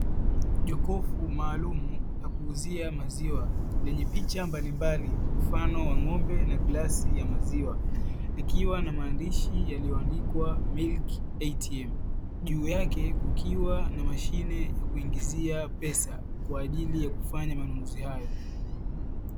Jokofu maalumu la kuuzia maziwa lenye picha mbalimbali mfano wa ng'ombe na glasi ya maziwa, likiwa na maandishi yaliyoandikwa "Milk ATM". Juu yake kukiwa na mashine ya kuingiza pesa kwa ajili ya kufanya manunuzi hayo.